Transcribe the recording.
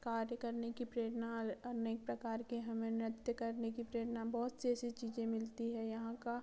कार्य करने की प्रेरणा अनेक प्रकार के हमें नृत्य करने की प्रेरणा बहुत से ऐसी चीजें मिलती हैं यहाँ का